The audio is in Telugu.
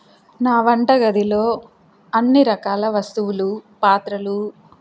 నా వంటగదిలో అన్నీ రకాల వస్తువులు పాత్రలు